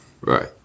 Right